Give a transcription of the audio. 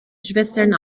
schwestern